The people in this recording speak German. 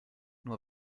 nur